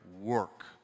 work